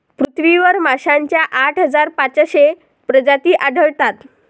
पृथ्वीवर माशांच्या आठ हजार पाचशे प्रजाती आढळतात